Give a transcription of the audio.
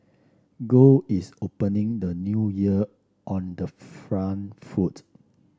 gold is opening the New Year on the front foot